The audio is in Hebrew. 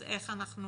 אז איך אנחנו